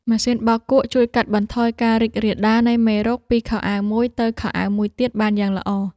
ម៉ាស៊ីនបោកគក់ជួយកាត់បន្ថយការរីករាលដាលនៃមេរោគពីខោអាវមួយទៅខោអាវមួយទៀតបានយ៉ាងល្អ។